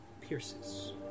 pierces